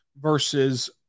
versus